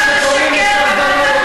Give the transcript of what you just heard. לסרבנות.